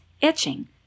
itching